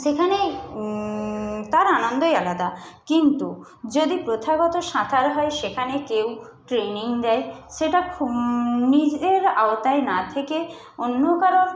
সেখানে তার আনন্দই আলাদা কিন্তু যদি প্রথাগত সাঁতার হয় সেখানে কেউ ট্রেনিং দেয় সেটা নিজের আওতায় না থেকে অন্য কারোর